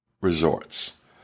resorts